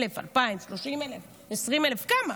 1,000, 2,000, 30,000, 20,000, כמה?